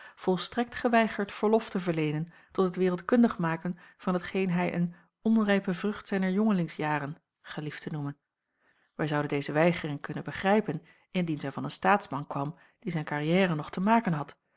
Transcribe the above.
volstrekt geweigerd verlof te verleenen tot het wereldkundig maken van hetgeen hij een onrijpe vrucht zijner jongelingsjaren gelieft te noemen wij zouden deze weigering kunnen begrijpen indien zij van een staatsman kwam die zijn carrière nog te maken had